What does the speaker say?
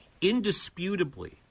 Indisputably